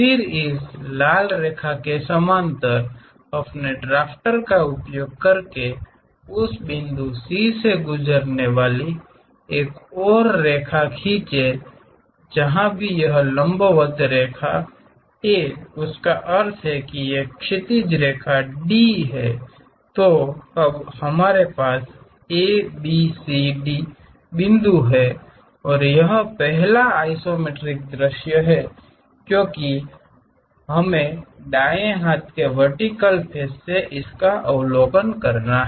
फिर इस लाल रेखा के समानांतर अपने ड्राफ्टर का उपयोग करें उस बिंदु C से गुजरने वाली एक और रेखा खींचें जहाँ भी यह लंबवत रेखा A उसका का अर्थ है कि यह क्षैतिज रेखा D कहते है तो अब हमारे पास ABCD बिंदु हैं और यह पहला आइसोमेट्रिक दृश्य है क्योंकि हम हैं दाएं हाथ के वेर्टिकल फेस से इसका अवलोकन करना हैं